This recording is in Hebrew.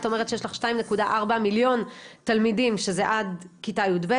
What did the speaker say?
את אומרת שיש לך 2.4 מיליון תלמידים שזה עד כיתה יב',